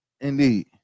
Indeed